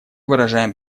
выражаем